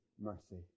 mercy